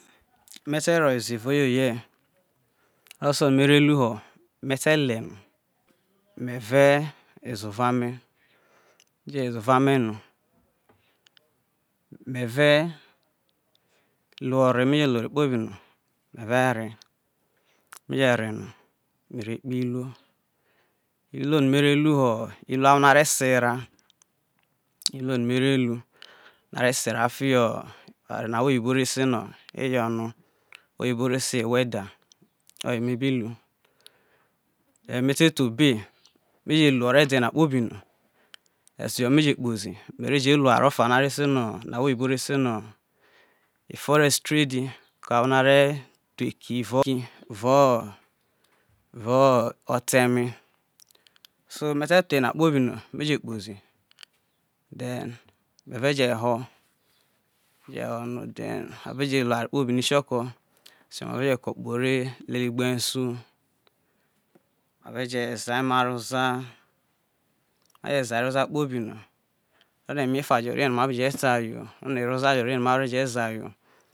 Me te ro̱ ze evao oyoye̱ oware ososuo no mere lu ho me te le no me ve woze ovo me je̱ woze ova me me̱ ve̱ luo ore me je luo ore kpobi no me̱ ve̱ re̱ me̱ je re no mere kpi iruo, iruo no̱ mere lu ho, ilu awho na are ea era eva fiho oware no ahwo iyibo rese no eyono oyibo re sei we wei der oyeme bi lu then rue te to obe meje luo ore de na kpobi no esejo me je kpozi me je luo oware ofa no are se no no ahwo oyibo re se no efo re̱stredi ko ahwo na re thuo eki ro vo ota eme so me ta thu oyena kpibi no mete kpozi then me̱ve̱ je ho then me ve je lu oware kpo bi nikioko so me ve je ko kpo ore lele igbensu mave je zai ama ro za maje za aroza bi no o̱ro̱no̱ eme efa jo rie no ma be je ta yo o̱ro̱no̱ eroza rie̱ no ma beje za yo